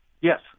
Yes